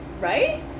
right